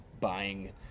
buying